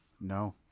no